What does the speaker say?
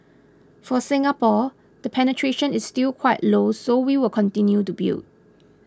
for Singapore the penetration is still quite low so we will continue to build